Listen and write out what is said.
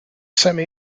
semi